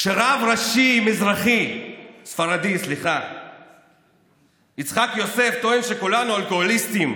כשהרב הראשי הספרדי יצחק יוסף טוען שכולנו אלכוהוליסטים,